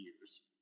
years